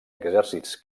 exèrcits